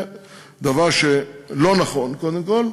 זה דבר שאינו נכון, קודם כול,